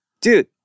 dude